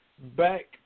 Back